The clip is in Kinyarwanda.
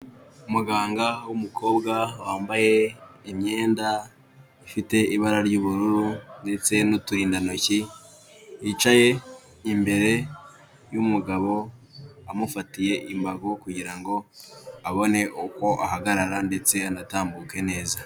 Umuganga w'umukobwa wambaye imyenda ifite ibara ry'ubururu ndetse n'uturindantoki, yicaye imbere y'umugabo amufatiye imbago kugira ngo abone uko ahagarara ndetse anatambuke neza.